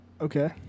Okay